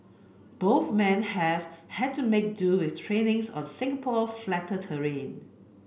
both men have had to make do with trainings on Singapore flatter terrain